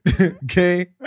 Okay